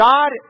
God